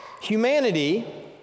Humanity